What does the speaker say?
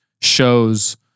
shows